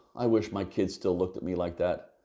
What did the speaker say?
i wish my kids still looked at me like that,